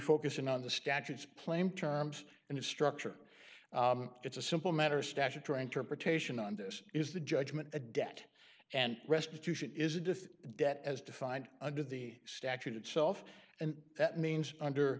focus in on the statutes plame terms and its structure it's a simple matter of statutory interpretation on this is the judgment a debt and restitution is a diff debt as defined under the statute itself and that means under